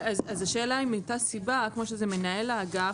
אז השאלה היא אם הייתה סיבה כמו שזה מנהל האגף,